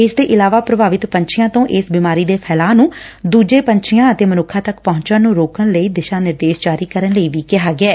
ਇਸ ਦੇ ਇਲਾਵਾ ਪ੍ਰਭਾਵਿਤ ਪੰਛੀਆਂ ਤੋਂ ਇਸ ਬਿਮਾਰੀ ਦੇ ਫੈਲਾਅ ਨੂੰ ਦੂਜੇ ਪੰਛੀਆਂ ਅਤੇ ਮਨੁੱਖਾ ਤੱਕ ਪਹੁੰਚਣ ਨੂੰ ਰੋਕਣ ਲਈ ਦਿਸ਼ਾ ਨਿਰਦੇਸ਼ ਜਾਰੀ ਕਰਨ ਲਈ ਵੀ ਕਿਹਾ ਗਿਐ